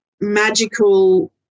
magical